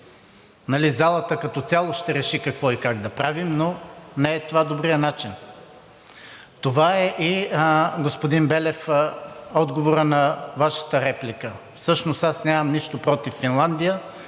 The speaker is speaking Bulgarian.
залата като цяло ще реши какво и как да прави, но не е това добрият начин. Това е и господин Белев, отговорът на Вашата реплика. Всъщност аз нямам нищо против Финландия,